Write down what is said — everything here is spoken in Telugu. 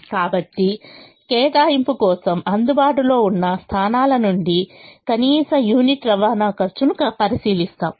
కాబట్టి కేటాయింపు కోసం అందుబాటులో ఉన్న స్థానాల నుండి కనీస యూనిట్ రవాణా ఖర్చును పరిశీలిస్తాము